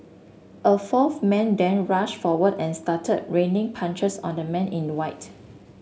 a fourth man then rushed forward and started raining punches on the man in the white